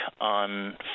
on